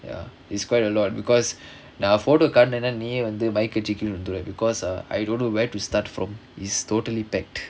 ya it's quite a lot because நா:naa photo காட்னேனா நீயே வந்து மயக்க அடுச்சு கீழ விழுந்திருவ:kaatnaenaa neeyae vanthu mayakka aduchu keela vilunthiruva because err I don't where to start from it's totally packed